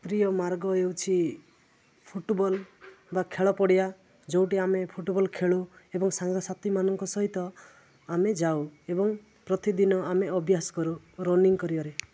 ପ୍ରିୟ ମାର୍ଗ ହେଉଛି ଫୁଟ୍ବଲ୍ ବା ଖେଳପଡ଼ିଆ ଯେଉଁଠି ଆମେ ଫୁଟ୍ବଲ୍ ଖେଳୁ ଏବଂ ସାଙ୍ଗସାଥୀମାନଙ୍କ ସହିତ ଆମେ ଯାଉ ଏବଂ ପ୍ରତିଦିନ ଆମେ ଅଭ୍ୟାସ କରୁ ରନିଂ କରିବାରେ